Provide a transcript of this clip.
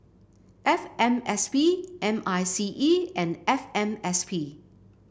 F M S P M I C E and F M S P